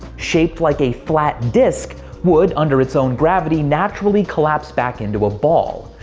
shaped like a flat disc, would, under its own gravity, naturally collapse back into a ball.